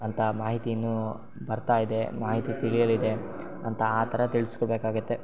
ಅಂತ ಮಾಹಿತಿನು ಬರ್ತಾ ಇದೆ ಮಾಹಿತಿ ತಿಳಿಯಲಿದೆ ಅಂತ ಆ ಥರ ತಿಳಿಸ್ಕೊಡ್ಬೇಕಾಗತ್ತೆ